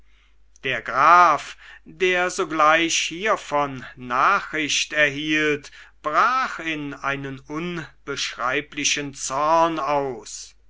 der graf der sogleich hiervon nachricht erhielt brach in einen unbeschreiblichen zorn aus